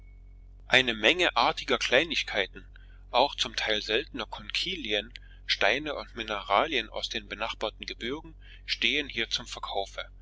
eine menge artiger kleinigkeiten auch zum teil seltene konchylien steine und mineralien aus den benachbarten gebirgen stehen hier zum verkaufe